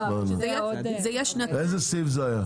איזה סעיף זה היה?